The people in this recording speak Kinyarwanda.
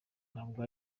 ntabwo